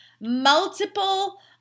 multiple